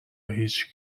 هیچ